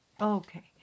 okay